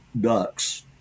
ducks